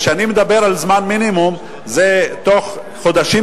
וכשאני מדבר על זמן מינימום זה בתוך חודשים